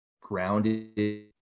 grounded